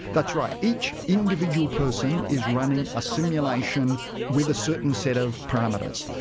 that's right. each individual person is running a simulation with a certain set of parameters,